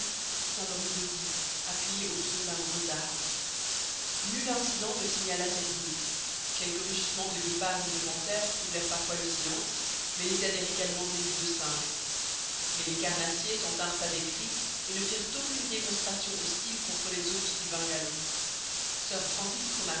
qui s'endormit debout appuyé au tronc d'un gros arbre nul incident ne signala cette nuit quelques rugissements de guépards et de panthères troublèrent parfois le silence mêlés à des ricanement aigus de singes mais les carnassiers s'en tinrent à des cris et ne firent aucune démonstration hostile contre les hôtes du bungalow sir francis